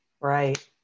right